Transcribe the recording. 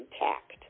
intact